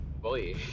boy